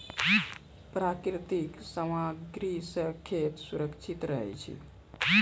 प्राकृतिक सामग्री सें खेत सुरक्षित रहै छै